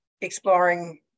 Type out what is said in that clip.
exploring